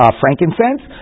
frankincense